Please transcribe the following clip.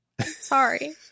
sorry